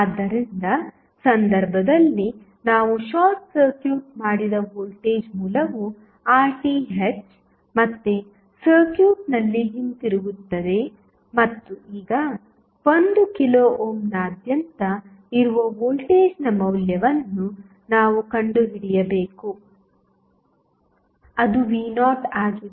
ಆದ್ದರಿಂದಸಂದರ್ಭದಲ್ಲಿ ನಾವು short circuit ಮಾಡಿದ voltage ಮೂಲವು RTh ಮತ್ತೆ ಸರ್ಕ್ಯೂಟ್ನಲ್ಲಿ ಹಿಂತಿರುಗುತ್ತದೆ ಮತ್ತು ಈಗ 1 ಕಿಲೋ ಓಮ್ನಾದ್ಯಂತ ಇರುವ ವೋಲ್ಟೇಜ್ನ ಮೌಲ್ಯವನ್ನು ನಾವು ಕಂಡುಹಿಡಿಯಬೇಕು ಅದು v0 ಆಗಿದೆ